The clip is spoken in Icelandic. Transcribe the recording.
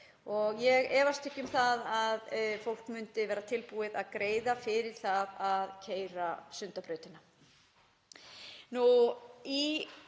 Ég efast ekki um að fólk myndi vera tilbúið að greiða fyrir það að keyra Sundabrautina.